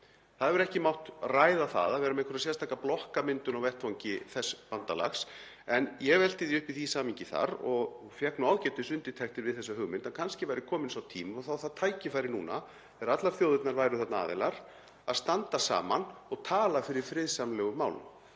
Það hefur ekki mátt ræða það að vera með einhverja sérstaka blokkamyndun á vettvangi þess bandalags en ég velti því upp í því samhengi þar og fékk nú ágætisundirtektir við þessa hugmynd að kannski væri kominn sá tími, og þá tækifæri núna, þegar allar þjóðirnar væru þarna aðilar, að standa saman og tala fyrir friðsamlegum málum.